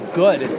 good